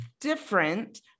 different